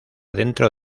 dentro